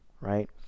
right